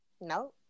No